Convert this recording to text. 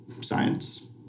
science